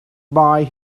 buy